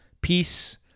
peace